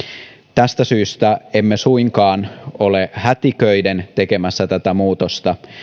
tästä syystä emme suinkaan ole hätiköiden tekemässä tätä muutosta